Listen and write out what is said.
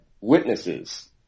witnesses